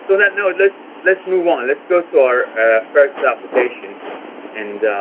but that note, let's let's move on let's go to our first application and